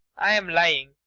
i'm lying.